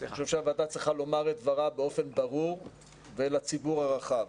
לומר את דברה באופן ברור ואל הציבור הרחב.